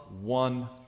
one